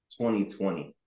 2020